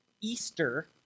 Easter